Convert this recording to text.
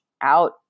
out